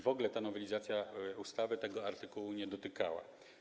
W ogóle ta nowelizacja ustawy tego artykułu nie dotykała.